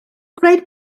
gwneud